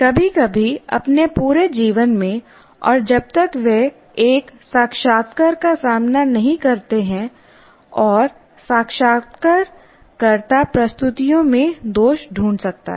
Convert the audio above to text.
कभी कभी अपने पूरे जीवन में और जब तक वे एक साक्षात्कार का सामना नहीं करते हैं और साक्षात्कारकर्ता प्रस्तुतियों में दोष ढूंढ सकता है